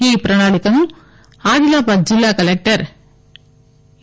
ఈ ప్రణాళికను అదిలాబాద్ జిల్లా కలెక్టర్ ఏ